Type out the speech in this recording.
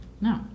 No